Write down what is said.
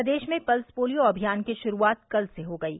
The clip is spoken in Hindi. प्रदेश में पल्स पोलिया अभियान की शुरूआत कल से हो गयी